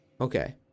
Okay